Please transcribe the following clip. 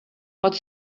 what